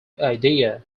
idea